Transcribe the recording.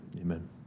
amen